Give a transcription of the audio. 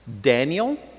Daniel